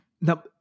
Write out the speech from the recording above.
Now